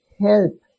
help